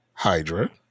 Hydra